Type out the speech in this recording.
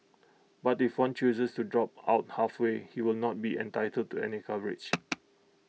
but if one chooses to drop out halfway he will not be entitled to any coverage